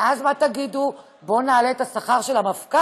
ואז מה תגידו: בואו נעלה את השכר של המפכ"ל?